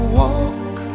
walk